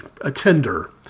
attender